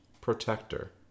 protector